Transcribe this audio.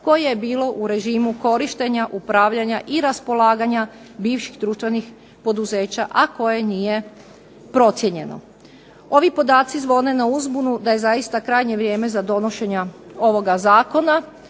koje je bilo u režimu korištenja, upravljanja i raspolaganja bivših društvenih poduzeća a koje nije procijenjeno. Ovi podaci zvone na uzbunu da je zaista krajnje vrijeme za donošenje ovoga zakona.